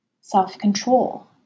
self-control